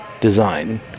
design